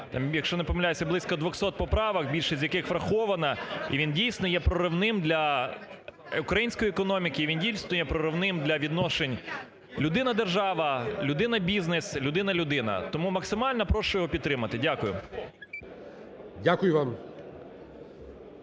якщо не помиляюсь, близько 200 поправок, більше з яких враховано. І він дійсно є проривним для української економіки, він дійсно є проривним для відношень людина–держава, людина–бізнес, людина–людина. Тому максимально прошу його підтримати. Дякую. ГОЛОВУЮЧИЙ.